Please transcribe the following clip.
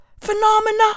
phenomena